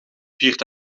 viert